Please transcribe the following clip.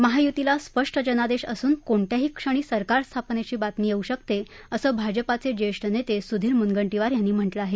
महायुतीला स्पष्ट जनादेश असून कोणत्याही क्षणी सरकारस्थापनेची बातमी येऊ शकते असं भाजपाचे ज्येष्ठ नेते सूधीर मूनगंटीवार यांनी म्हटलं आहे